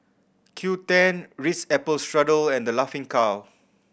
Qoo ten Ritz Apple Strudel and The Laughing Cow